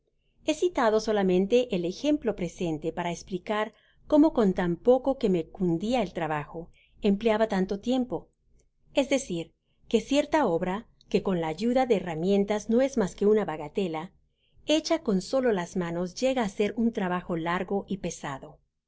lie citado solamente el ejemplo presente para esplicar cómo con tan poco que me cundia el trabajo emplaba tanto tiempo es decir que cierta obra que con la ayuda de herramienta no es mas que uoa bagatela hecha con solo las manos llega á ser on trabajo largó y pesado